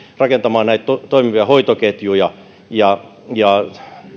rakentamaan näitä toimivia hoitoketjuja ja ja